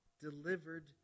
delivered